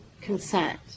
consent